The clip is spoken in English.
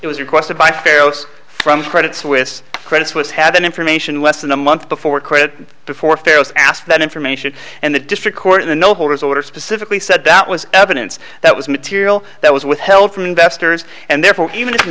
it was requested by pharaoh's from credit suisse credit suisse had an information less than a month before credit before pharaohs asked that information and the district court in the no holders order specifically said that was evidence that was material that was withheld from investors and therefore even if